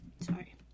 Sorry